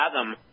fathom